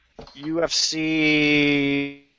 UFC